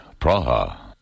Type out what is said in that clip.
Praha